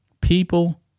People